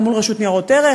גם מול רשות ניירות ערך,